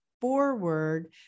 forward